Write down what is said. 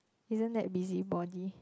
isn't that busybody